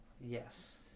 Yes